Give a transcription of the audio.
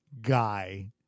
guy